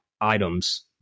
items